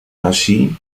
allí